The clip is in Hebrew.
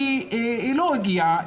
כי היא לא הגיעה,